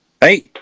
Hey